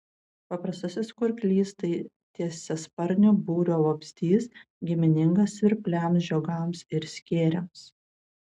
paprastasis kurklys tai tiesiasparnių būrio vabzdys giminingas svirpliams žiogams ir skėriams